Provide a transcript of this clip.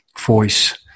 Voice